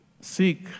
Seek